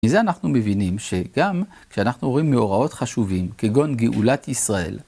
מזה אנחנו מבינים שגם כשאנחנו רואים מאורעות חשובים, כגון גאולת ישראל,